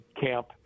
camp